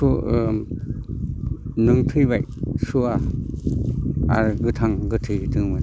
नों थैबाय सुवा आरो गोथां गोथैहोदोंमोन